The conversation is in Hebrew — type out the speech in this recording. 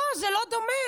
לא, זה לא דומה.